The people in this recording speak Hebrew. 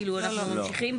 כאילו, אנחנו ממשיכים?